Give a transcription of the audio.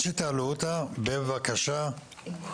אני מנהלת שירות מסגרות ותוכניות טיפול בקהילה באגף בכיר,